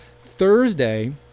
Thursday